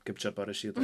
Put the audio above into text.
kaip čia parašyta